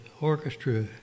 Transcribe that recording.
orchestra